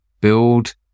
build